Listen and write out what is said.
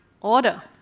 order